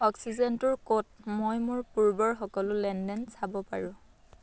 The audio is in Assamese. অক্সিজেন টোৰ ক'ত মই মোৰ পূৰ্বৰ সকলো লেনদেন চাব পাৰোঁ